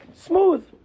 Smooth